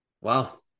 Wow